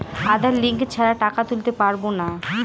আধার link ছাড়া টাকা তুলতে পারব না?